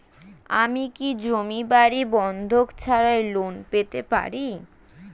আমি কি জমি বাড়ি বন্ধক ছাড়াই লোন পেতে পারি?